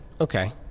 okay